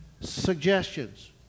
Suggestions